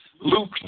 Luke